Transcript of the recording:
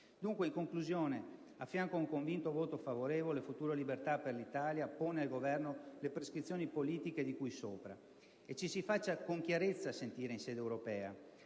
Dunque, in conclusione, a fianco di un convinto voto favorevole, il Gruppo Futuro e Libertà per l'Italia pone al Governo le prescrizioni politiche di cui sopra e chiede che ci si faccia con chiarezza sentire in ambito europeo,